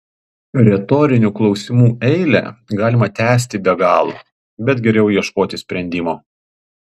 retorinių klausimų eilę galima tęsti be galo bet geriau ieškoti sprendimo